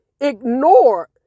ignore